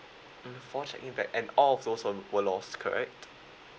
mm four check in bag and all of those were were lost correct